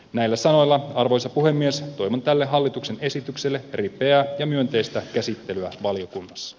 näillä sanoilla arvoisa puhemies toivon tälle hallituksen esitykselle ripeää ja myönteistä käsittelyä valiokunnassa